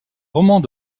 romans